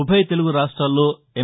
ఉభయ తెలుగు రాష్ట్రాల్లో ఎమ్